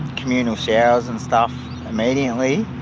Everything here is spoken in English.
communal showers and stuff immediately,